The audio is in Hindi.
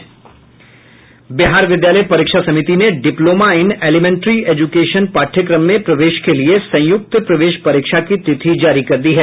बिहार विद्यालय परीक्षा समिति ने डिप्लोमा इन एलिमेंट्री एजुकेशन पाठ्यक्रम में प्रवेश के लिये संयुक्त प्रवेश परीक्षा की तिथि जारी कर दी है